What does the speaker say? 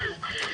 בבקשה.